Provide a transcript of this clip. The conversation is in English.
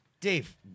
Dave